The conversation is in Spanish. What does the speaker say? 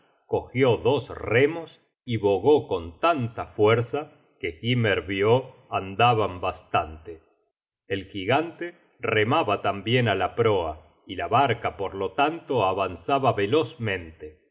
cogió dos remos y bogó con tanta fuerza que hymer vió andaban bastante el gigante remaba tambien á la proa y la barca por lo tanto avanzaba velozmente